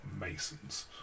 Masons